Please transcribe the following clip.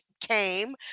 came